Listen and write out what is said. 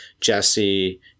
Jesse